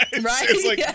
right